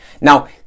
Now